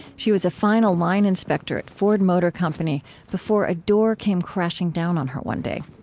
she was a final line inspector at ford motor company before a door came crashing down on her one day.